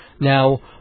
Now